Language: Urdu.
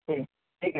ٹھیک ٹھیک ہے